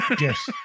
Yes